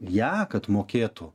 ją kad mokėtų